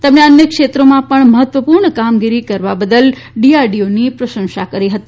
તેમણે અન્ય ક્ષેત્રોમાં પણ મહત્વપૂર્ણ કામગીરી કરવા બદલ ડીઆરડીઓ ની પ્રશંસા કરી હતી